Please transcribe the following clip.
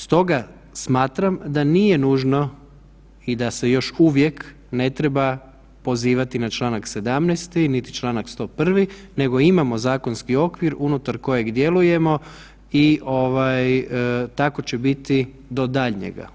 Stoga smatram da nije nužno i da se još uvijek ne treba pozivati na čl. 17. niti čl. 101. nego imamo zakonski okvir unutar kojeg djelujemo i tako će biti do daljnjega.